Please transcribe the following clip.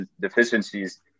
deficiencies